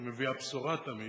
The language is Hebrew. שהוא מביא הבשורה תמיד,